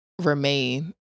remain